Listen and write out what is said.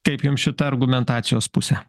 kaip jums šita argumentacijos pusė